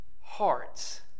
hearts